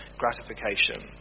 gratification